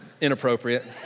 inappropriate